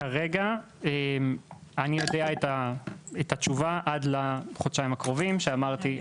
כרגע אני יודע את התשובה עד לחודשיים הקרובים שאמרתי.